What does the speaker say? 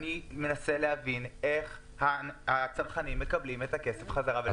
אני מנסה להבין איך הצרכנים מקבלים את הכסף חזרה.